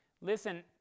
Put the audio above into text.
listen